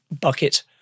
bucket